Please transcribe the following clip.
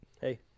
Hey